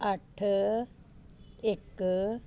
ਅੱਠ ਇੱਕ